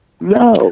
No